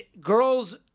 girls